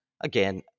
Again